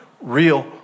Real